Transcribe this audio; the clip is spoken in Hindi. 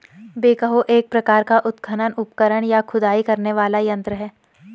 बेकहो एक प्रकार का उत्खनन उपकरण, या खुदाई करने वाला यंत्र है